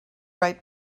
right